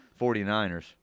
49ers